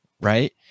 right